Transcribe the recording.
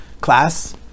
class